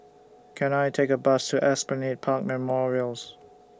Can I Take A Bus to Esplanade Park Memorials